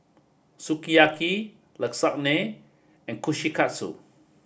Sukiyaki Lasagne and Kushikatsu